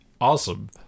Awesome